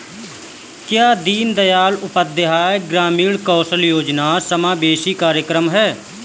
क्या दीनदयाल उपाध्याय ग्रामीण कौशल योजना समावेशी कार्यक्रम है?